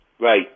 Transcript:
Right